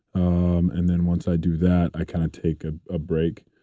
um and then once i do that, i kind of take a ah break.